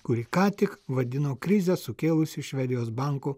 kurį ką tik vadino krizę sukėlusį švedijos bankų